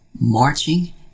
marching